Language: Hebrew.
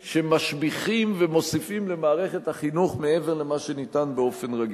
שמשביחים ומוסיפים למערכת החינוך מעבר למה שניתן באופן רגיל.